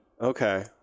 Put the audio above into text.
Okay